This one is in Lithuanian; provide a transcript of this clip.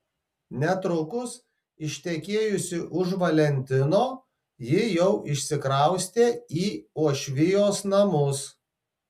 netrukus ištekėjusi už valentino ji jau išsikraustė į uošvijos namus